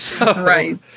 Right